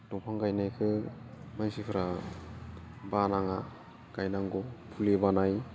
दंफां गायनायखौ मानसिफोरा बानाङा गायनांगौ फुलि बानाय